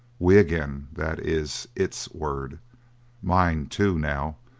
we again that is its word mine, too, now,